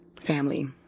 family